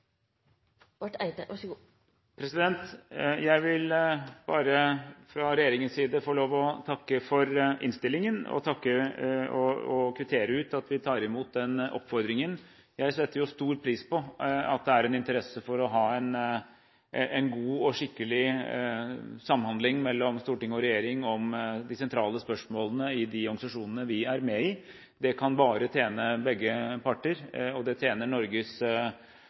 Jeg vil fra regjeringens side få lov til å takke for innstillingen og kvittere ut at vi tar imot den oppfordringen. Jeg setter stor pris på at det er interesse for å ha en god og skikkelig samhandling mellom storting og regjering om de sentrale spørsmålene i de organisasjonene vi er med i. Det kan bare tjene begge parter, og det tjener Norges